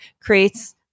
creates